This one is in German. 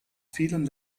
vielen